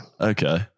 Okay